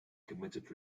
committed